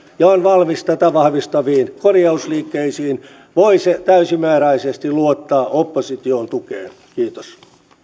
ja on valmis tätä vahvistaviin korjausliikkeisiin voi se täysimääräisesti luottaa opposition tukeen kiitos